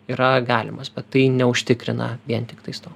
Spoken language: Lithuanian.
yra galimas bet tai neužtikrina vien tiktais to